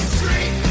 Street